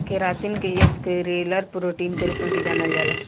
keratin के scleral protein के रूप में भी जानल जाला